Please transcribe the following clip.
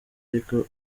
ariko